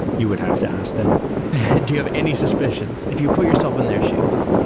you would have to ask them do you have any suspicions if you put yourself in their shoes?